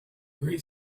great